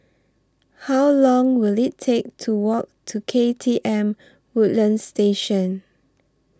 How Long Will IT Take to Walk to K T M Woodlands Station